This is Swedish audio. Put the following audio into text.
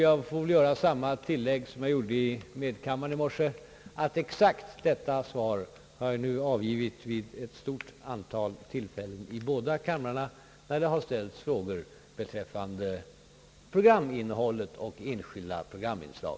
Jag vill tillägga att jag har lämnat exakt samma svar vid minst ett tiotal tidigare tillfällen, då frågor ställts här i kammaren angående enskilda programinslag.